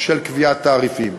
של קביעת תעריפים.